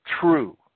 true